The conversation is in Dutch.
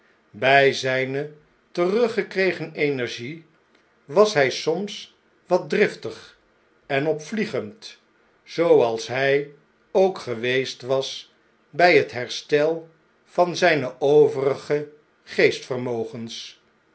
by zijne teruggekregen energie was hj soms wat driftig en opvliegend zooals hij ook geweest was bj het herstel van zn'ne